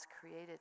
created